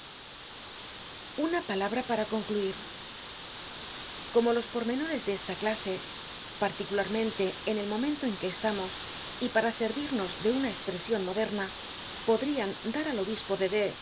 una palabra para concluir como los pormenores de esta clase particularmente en el momento en que estamos y para servirnos de una espresion moderna podrian dar al obispo de y